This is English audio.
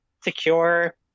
secure